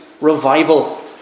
revival